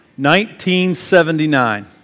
1979